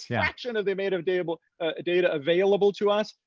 fraction of the amount of data but ah data available to us.